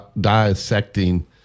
dissecting